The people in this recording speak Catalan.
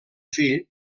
fill